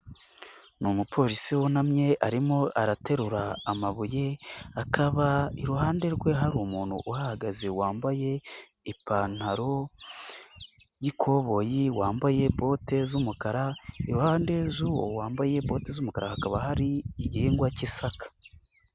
Ni umupolisi wunamye arimo araterura amabuye, akaba iruhande rwe hari umuntu uhahagaze wambaye ipantaro y'ikoboyi wambaye bote z'umukara iruhande z'uwo wambaye boti z'umukara hakaba hari igihingwa k'isaka.